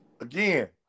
Again